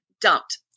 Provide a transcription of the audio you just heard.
dumped